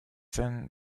then